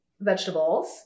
vegetables